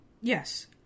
Yes